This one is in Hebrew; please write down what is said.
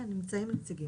כן, נמצאים נציגים.